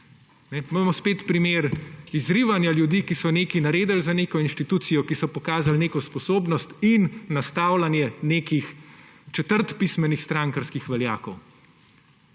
Imamo spet primer izrivanja ljudi, ki so nekaj naredili za neko inštitucijo, ki so pokazali neko sposobnost, in nastavljanje nekih četrtpismenih strankarskih veljakov.